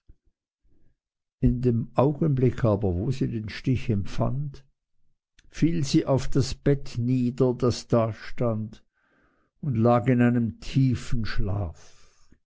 in dem augenblick aber wo sie den stich empfand fiel sie auf das bett nieder das da stand und lag in einem tiefen schlaf